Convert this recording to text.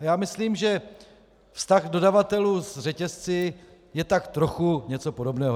Já myslím, že vztah dodavatelů s řetězci je tak trochu něco podobného.